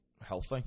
healthy